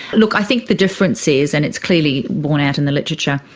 look, i think the difference is, and it's clearly borne out in the literature,